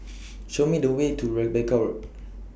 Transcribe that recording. Show Me The Way to Rebecca Road